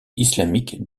islamique